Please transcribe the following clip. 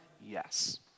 Yes